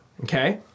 Okay